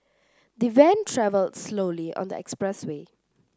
the van travelled slowly on the expressway